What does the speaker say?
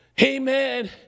Amen